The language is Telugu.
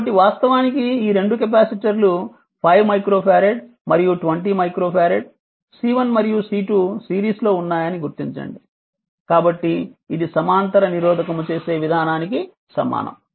కాబట్టి వాస్తవానికి ఈ రెండు కెపాసిటర్లు 5 మైక్రో ఫారెడ్ మరియు 20 మైక్రో ఫారెడ్ C1 మరియు C2 సిరీస్ లో ఉన్నాయని గుర్తించండి కాబట్టి ఇది సమాంతర నిరోధకము చేసే విధానానికి సమానం